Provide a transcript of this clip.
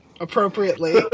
appropriately